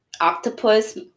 octopus